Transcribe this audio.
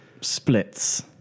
splits